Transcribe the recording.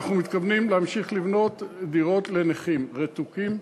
אנחנו מתכוונים להמשיך לבנות דירות לנכים רתוקים,